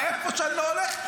איפה שאני לא הולך,